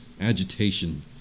agitation